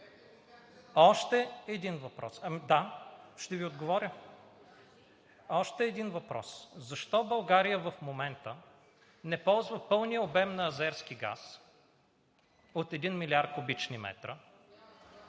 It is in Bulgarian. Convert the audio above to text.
Делян Добрев.) Да, ще Ви отговоря. Още един въпрос: защо България в момента не ползва пълния обем на азерски газ от един милиард кубични метра,